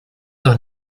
doch